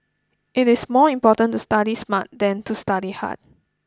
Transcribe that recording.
it is more important to study smart than to study hard